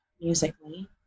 musically